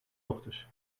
ochtends